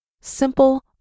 simple